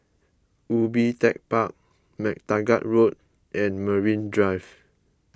Ubi Tech Park MacTaggart Road and Marine Drive